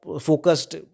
focused